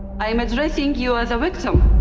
i am addressing you as a victim.